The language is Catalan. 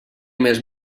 més